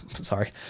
Sorry